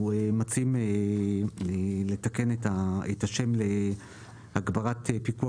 אנחנו מציעים לתקן את השם להגברת פיקוח